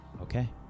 Okay